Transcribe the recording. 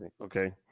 Okay